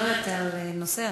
היא מדברת על נושא,